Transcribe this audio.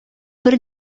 бер